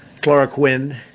chloroquine